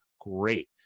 Great